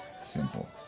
simple